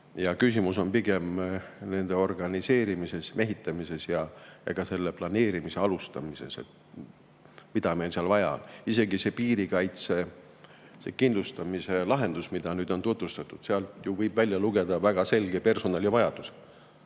Küsimus on pigem nende organiseerimises, mehitamises ja ka selle planeerimise alustamises, mida meil seal vaja on. Isegi sellest piirikaitse kindlustamise lahendusest, mida on nüüd tutvustatud, võib välja lugeda väga selge personalivajaduse.